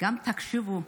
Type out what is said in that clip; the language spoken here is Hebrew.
גם תקשיבו.